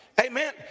Amen